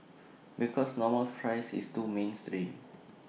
because normal fries is too mainstream